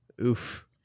oof